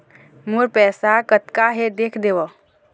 मोर पैसा कतका हे देख देव?